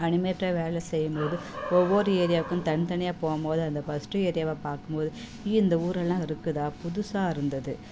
animator வேலை செய்யும் போது ஒவ்வொரு ஏரியாவுக்கும் தனி தனியாக போகும் போது அந்த ஃபர்ஸ்ட்டு ஏரியாவை பார்க்கும் போது இந்த ஊரெலெலாம் இருக்குதா புதுசாக இருந்தது